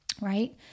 right